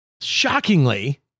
Shockingly